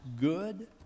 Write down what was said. good